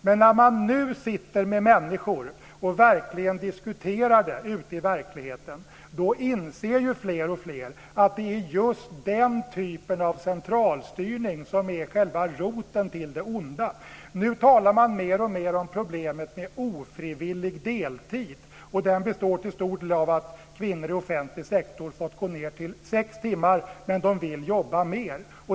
Men när man nu sitter med människor och verkligen diskuterar det här ute i verkligheten inser fler och fler att det just är den typen av centralstyrning som är själva roten till det onda. Nu talar man mer och mer om problemet med ofrivillig deltid, och denna består till stor del av att kvinnor i offentlig sektor fått gå ned till sex timmar fast de vill jobba mer.